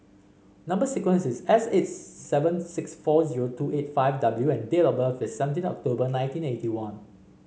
number sequence is S eight seven six four zero two eight five W and date of birth is seventeen October nineteen eighty one